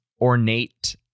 ornate